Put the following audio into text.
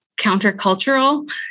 countercultural